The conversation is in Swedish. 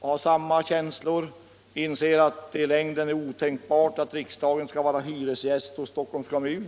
har samma känsla och inser att det i längden är otänkbart att riksdagen skall vara hyresgäst hos Stockholms kommun.